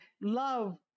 love